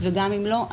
וגם אם לא,